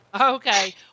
okay